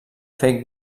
fer